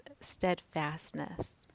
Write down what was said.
steadfastness